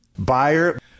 Buyer